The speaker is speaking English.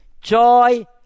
joy